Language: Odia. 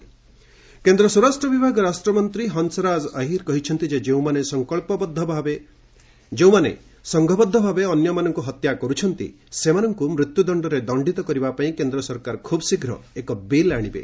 ଅହିର ଲିଞ୍ଚିଂ କେନ୍ଦ୍ର ସ୍ୱରାଷ୍ଟ୍ର ବିଭାଗ ରାଷ୍ଟ୍ରମନ୍ତ୍ରୀ ହଂସରାଜ ଅହିର କହିଛନ୍ତି ଯେ ଯେଉଁମାନେ ସଂଘବଦ୍ଧ ଭାବେ ଅନ୍ୟମାନଙ୍କୁ ହତ୍ୟା କରୁଛନ୍ତି ସେମାନଙ୍କୁ ମୃତ୍ୟୁ ଦଶ୍ଚରେ ଦଶ୍ଚିତ କରିବା ପାଇଁ କେନ୍ଦ୍ର ସରକାର ଖୁବ୍ ଶୀଘ୍ର ଏକ ବିଲ୍ ଆଣିବେ